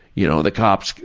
you know, the cops,